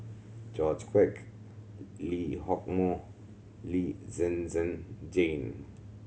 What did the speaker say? George Quek Lee Hock Moh Lee Zhen Zhen Jane